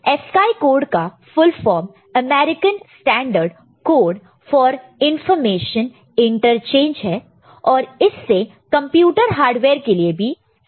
ASCII code का full form American standard code for information interchange और इससे कंप्यूटर हार्डवेयर के लिए भी स्टैंडर्डाइज किया है